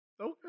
Okay